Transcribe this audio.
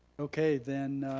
okay, then,